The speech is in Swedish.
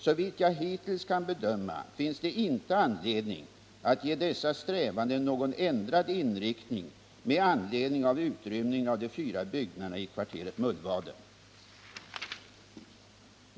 Såvitt jag hittills kan bedöma finns det inte anledning att ge dessa strävanden någon ändrad inriktning med anledning av utrymningen av de fyra byggnaderna i kvarteret Mullvaden.